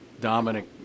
Dominic